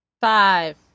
Five